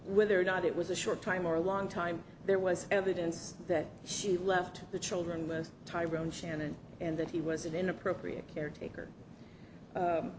whether or not it was a short time or a long time there was evidence that she left the children with tyrone shannon and that he was an inappropriate caretaker